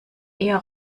eher